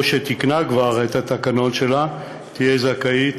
או שתיקנה כבר את התקנון שלה, תהיה זכאית